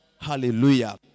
hallelujah